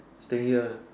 stay here ah